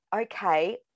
okay